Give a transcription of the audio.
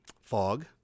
Fog